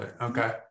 Okay